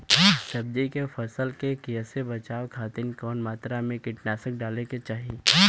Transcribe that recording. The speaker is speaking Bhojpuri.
सब्जी के फसल के कियेसे बचाव खातिन कवन मात्रा में कीटनाशक डाले के चाही?